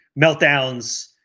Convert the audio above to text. meltdowns